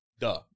Duh